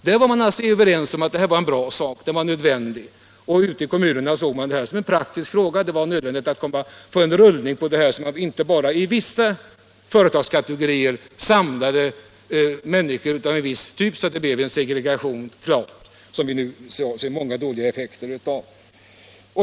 Här var man alltså överens om att det var en nödvändig sak. Ute i kommunerna såg man det här som en praktisk fråga. Det var nödvändigt att sätta full fart på det här området, så att det inte bara i vissa kategorier av företag samlades människor av en viss typ med påföljd att det uppstod segregation, som vi ju ser så många dåliga följder av.